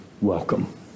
welcome